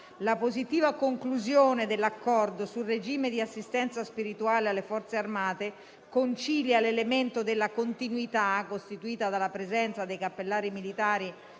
La positiva conclusione dell'Accordo sul regime di assistenza spirituale alle Forze armate concilia l'elemento della continuità, costituita dalla presenza dei cappellani militari